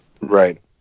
Right